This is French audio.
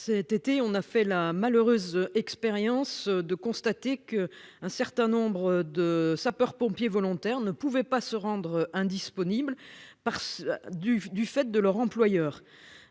Cet été, on a fait la malheureuse expérience de constater que un certain nombre de sapeurs-pompiers volontaires ne pouvait pas se rendre indisponible par du, du fait de leur employeur.